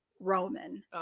roman